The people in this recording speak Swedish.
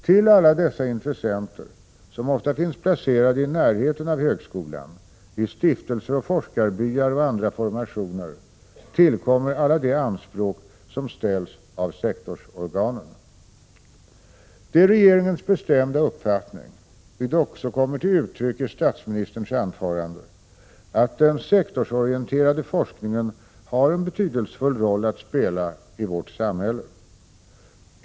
Till alla dessa intressenter, som ofta finns placerade i närheten av högskolan, i stiftelser, forskarbyar och andra formationer, tillkommer alla de anspråk som ställs av sektorsorgan. Det är regeringens bestämda uppfattning — vilket också kommer till uttryck i statsministerns anförande — att den sektorsorienterade forskningen har en betydelsefull roll att spela i vårt samhälle.